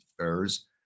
Affairs